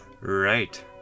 Right